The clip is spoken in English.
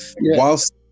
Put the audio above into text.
whilst